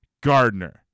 Gardner